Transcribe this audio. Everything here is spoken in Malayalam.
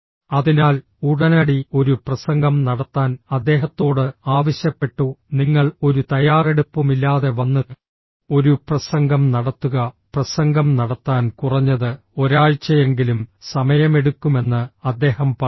അതിനാൽ ഉടനടി ഒരു പ്രസംഗം നടത്താൻ അദ്ദേഹത്തോട് ആവശ്യപ്പെട്ടു നിങ്ങൾ ഒരു തയ്യാറെടുപ്പുമില്ലാതെ വന്ന് ഒരു പ്രസംഗം നടത്തുക പ്രസംഗം നടത്താൻ കുറഞ്ഞത് ഒരാഴ്ചയെങ്കിലും സമയമെടുക്കുമെന്ന് അദ്ദേഹം പറഞ്ഞു